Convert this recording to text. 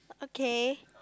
okay